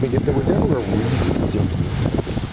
but if there was ever a reason, it seems to me, medically,